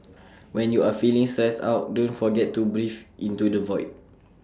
when you are feeling stressed out don't forget to breathe into the void